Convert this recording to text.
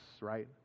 right